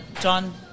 John